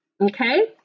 Okay